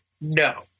No